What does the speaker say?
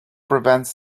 prevents